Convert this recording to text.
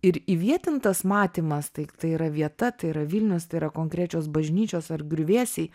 ir įvietintas matymas tai tai yra vieta tai yra vilnius tai yra konkrečios bažnyčios ar griuvėsiai